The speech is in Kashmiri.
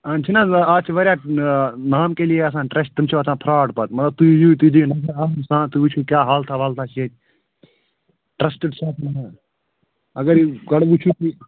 اَہَن چھِنہٕ اَز چھِ وارِیاہ نام کے لیےآسان ٹرٛسٹہٕ تِم چھِ آسان فرٛاڈ پتہٕ مگر تُہۍ یِیو تُہۍ دِیو نظر اَکھ تُہۍ وُچھو کیٛاہ حالتھا والتھا چھِ ییٚتہِ ٹرٛسٹٕڈ چھَا کِنہٕ نہٕ اگر یہِ گۄڈٕ وُچھِو تُہۍ